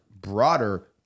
broader